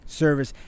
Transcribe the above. service